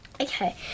Okay